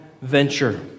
venture